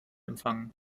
empfangen